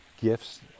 gifts